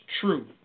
true